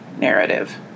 narrative